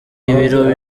ibirori